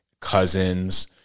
cousins